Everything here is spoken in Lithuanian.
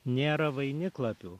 nėra vainiklapių